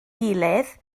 gilydd